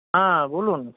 হ্যাঁ বলুন